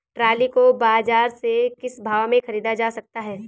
Trolley को बाजार से किस भाव में ख़रीदा जा सकता है?